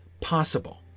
possible